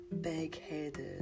big-headed